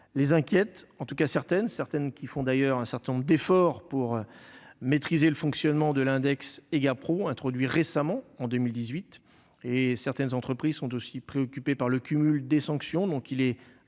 ces dernières, en tout cas certaines d'entre elles qui font d'ailleurs un certain nombre d'efforts pour maîtriser le fonctionnement de l'index Egapro introduit récemment, en 2018. Certaines entreprises sont aussi préoccupées par le cumul des sanctions. Il est